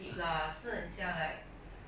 like that lor play game 讲话